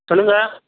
சொல்லுங்கள்